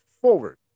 forward